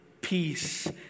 peace